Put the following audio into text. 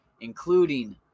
including